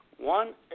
One